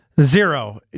Zero